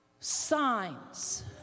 Signs